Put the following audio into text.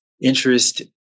interest